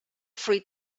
fruit